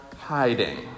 hiding